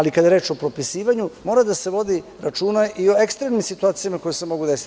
Kada je reč o potpisivanju mora da se vodi računa i o ekstremnim situacijama koje se mogu desiti.